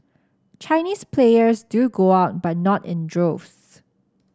Chinese players do go out but not in droves